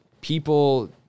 people